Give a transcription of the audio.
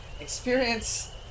experience